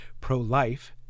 pro-life